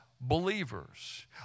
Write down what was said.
believers